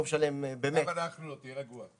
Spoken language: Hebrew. גם אנחנו לא, תהיה רגוע.